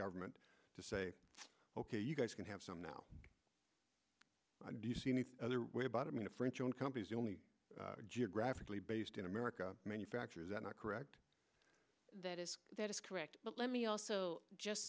government to say ok you guys can have some now do you see any other way about i mean a french owned companies are only geographically based in america manufacture is that not correct that is that is correct but let me also just